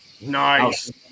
Nice